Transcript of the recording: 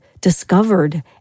discovered